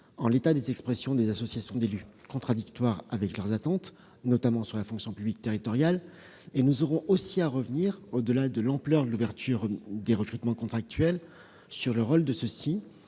en l'état des expressions des associations d'élus, contradictoires avec les attentes de ces derniers, notamment sur la fonction publique territoriale. Nous devrons aussi revenir, au-delà de la question de l'ampleur de l'ouverture des recrutements contractuels, sur le rôle de ceux-ci.